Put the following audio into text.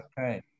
okay